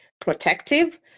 protective